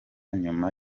nyuma